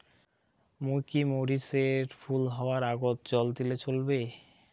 মুই কি মরিচ এর ফুল হাওয়ার আগত জল দিলে চলবে?